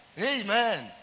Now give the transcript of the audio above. Amen